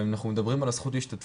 אבל אם אנחנו מדברים על הזכות להשתתפות